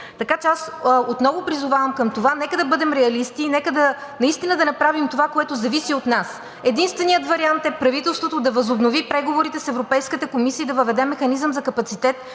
Така че аз отново призовавам към това – нека да бъдем реалисти, нека наистина да направим това, което зависи от нас. Единственият вариант е правителството да възобнови преговорите с Европейската комисия и да въведе механизъм за капацитет,